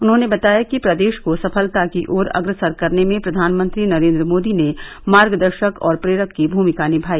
उन्होंने बताया कि प्रदेश को सफलता की ओर अग्रसर करने में प्रधानमंत्री नरेन्द्र मोदी ने मार्गदर्शक और प्रेरक की भूमिका निभाई